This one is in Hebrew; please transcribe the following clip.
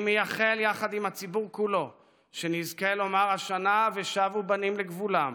אני מייחל יחד עם הציבור כולו שנזכה לומר השנה "ושבו בנים לגבולם"